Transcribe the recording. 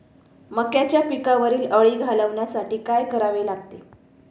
मक्याच्या पिकावरील अळी घालवण्यासाठी काय करावे लागेल?